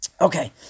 Okay